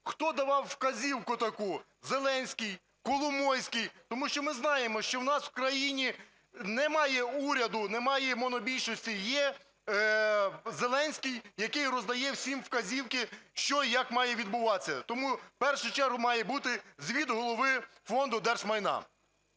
хто давав вказівку таку – Зеленський, Коломойський? Тому що ми знаємо, що у нас в країні немає уряду, немає і монобільшості – є Зеленський, який роздає всім вказівки, що і як має відбуватися. Тому в першу чергу має бути звіт Голови Фонду держмайна.